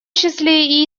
числе